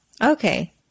Okay